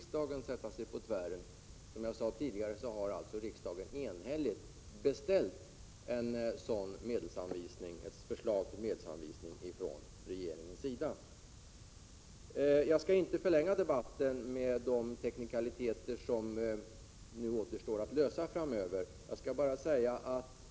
Som jag sade tidigare har riksdagen enhälligt beställt förslag på en sådan medelsanvisning ifrån regeringens sida. Jag skall inte förlänga debatten med de tekniska detaljer som återstår att lösa framöver.